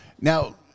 Now